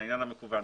העניין המקוון.